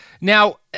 Now